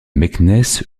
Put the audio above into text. meknès